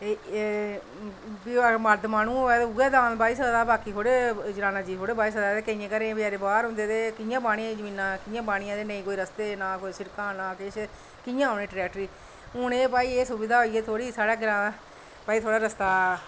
ते एह् मर्द माह्नूं होऐ ते उऐ बाड़ी बाही सकदा बाकी थोह्ड़े जनाना जीव थोह्ड़े बाही सकदा ते केइयें घरें बेचारे बाहर होंदे ते कियां बाह्नियां ते कियां बाह्नियां जमीनां ते ना रस्ते ना सिड़कां ते कियां आह्नना ट्रैक्टर ते हून भई एह् सुविधा होई ऐ साढ़े ग्रांऽ भई थोह्ड़ा रस्ता